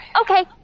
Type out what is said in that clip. okay